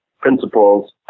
Principles